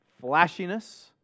flashiness